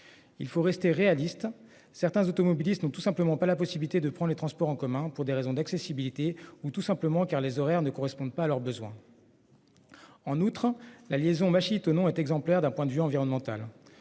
Il faut rester réaliste. Certains automobilistes n'ont tout simplement pas la possibilité de prendre les transports en commun pour des raisons d'accessibilité ou tout simplement car les horaires ne correspondent pas à leurs besoins. En outre, la liaison Bachy tenons est exemplaire d'un point de vue environnemental,